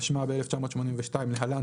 התשמ"ב-1982 (להלן,